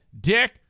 Dick